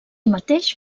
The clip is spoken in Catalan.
mateix